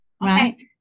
Right